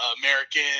American